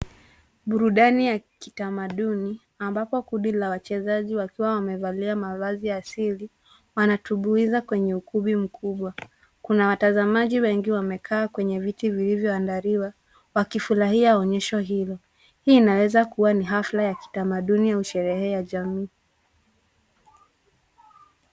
Burudani ya kitamaduni ambapo kundi la wachezaji wakiwa wamevalia mavazi ya asili, wanatumbuiza kwenye ukumbi mkubwa. Kuna watazamaji wengi wamekaa kwenye viti vilivyoandaliwa, wakifurahia onyesho hilo. Hii inaweza kuwa ni hafla ya kitamaduni au sherehe ya jamii.